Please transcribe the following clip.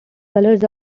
colours